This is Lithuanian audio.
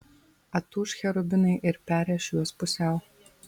atūš cherubinai ir perrėš juos pusiau